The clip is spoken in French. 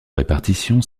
répartition